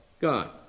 God